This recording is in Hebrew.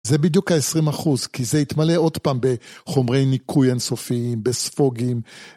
זה בדיוק ה-20%, כי זה יתמלא עוד פעם בחומרי ניקוי אינסופיים, בספוגים.